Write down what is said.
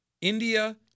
India